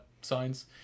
signs